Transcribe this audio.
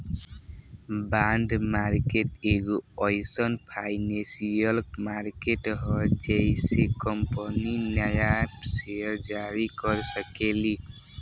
bond market एगो एईसन financial market ह जेइसे कंपनी न्या सेयर जारी कर सकेली